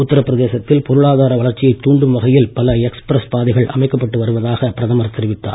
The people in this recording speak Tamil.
உத்தரபிரதேசத்தில் பொருளாதார வளர்ச்சியை தூண்டும் வகையில் பல எக்ஸ்பிரஸ் பாதைகள் அமைக்கப்பட்டு வருவதாக பிரதமர் தெரிவித்தார்